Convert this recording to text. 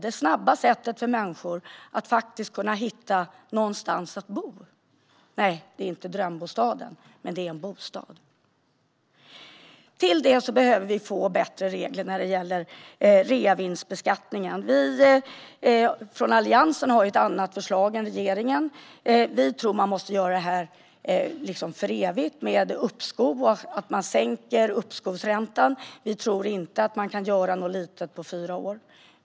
Det är det snabba sättet för människor att hitta någonstans att bo. Nej, det är inte drömbostaden. Men det är en bostad. Dessutom behöver vi få bättre regler när det gäller reavinstbeskattningen. Vi från Alliansen har ett annat förslag än regeringen. Vi tror att man måste göra det här med uppskov och sänkt uppskovsränta för evigt, så att säga. Vi tror inte att man kan göra något litet på fyra år.